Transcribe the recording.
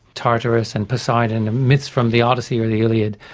tartarus and poseidon and myths from the odyssey or the iliad.